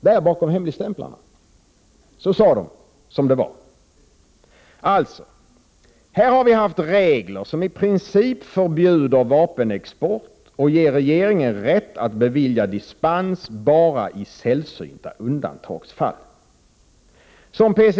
Där sade de som det var. Vi har alltså haft regler som i princip förbjuder vapenexport och ger regeringen rätt att bevilja dispens bara i sällsynta undantagsfall. Det är som P.C.